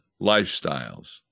lifestyles